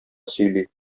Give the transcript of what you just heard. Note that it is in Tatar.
сөйли